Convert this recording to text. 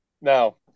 now